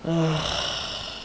ah